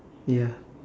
ya